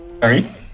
sorry